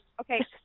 okay